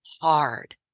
hard